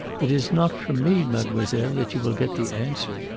it is not from me, mademoiselle, that you will get the answer,